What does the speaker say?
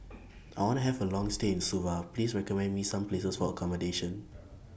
I want to Have A Long stay in Suva Please recommend Me Some Places For accommodation